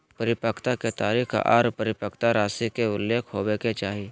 परिपक्वता के तारीख आर परिपक्वता राशि के उल्लेख होबय के चाही